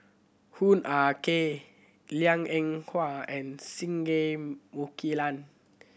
Hoo Ah Kay Liang Eng Hwa and Singai Mukilan